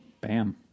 Bam